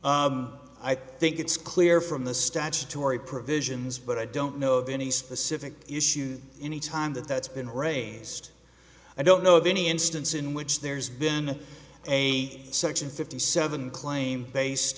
i think it's clear from the statutory provisions but i don't know of any specific issues any time that that's been raised i don't know of any instance in which there's been a section fifty seven claim based